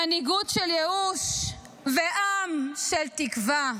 מנהיגות של ייאוש ועם של תקווה.